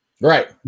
Right